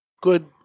good